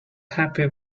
happy